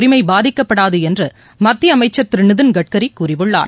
உரிமை பாதிக்கப்படாது என்று மத்திய அமைச்சர் திரு நிதின் கட்கரி கூறியுள்ளார்